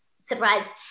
surprised